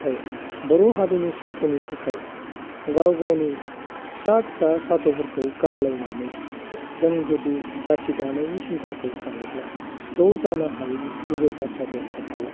नाथाय बर' हारिनि सारथ'नि थाखाय गाव गावनि फिसा फिसा सारथ'फोरखौ गारलायनानै जों जुदि जाथि दानायनि सिनथाखौ सानोब्ला ज' जानो हायैनि जेबो बाथ्राफोर थाथावा